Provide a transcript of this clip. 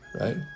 Right